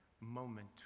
moment